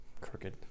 crooked